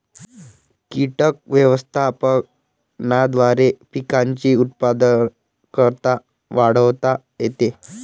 कीटक व्यवस्थापनाद्वारे पिकांची उत्पादकता वाढवता येते